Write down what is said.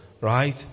right